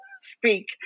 speak